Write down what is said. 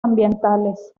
ambientales